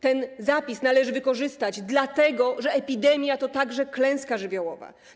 Ten zapis należy wykorzystać, dlatego że epidemia to także klęska żywiołowa.